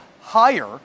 higher